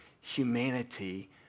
humanity